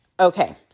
Okay